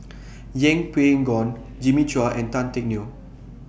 Yeng Pway Ngon Jimmy Chua and Tan Teck Neo